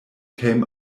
came